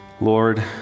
Lord